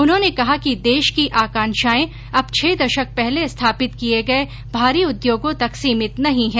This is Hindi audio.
उन्होंने कहा कि देश की आकांक्षाएं अब छह दशक पहले स्थापित किए गए भारी उद्योगों तक सीमित नहीं है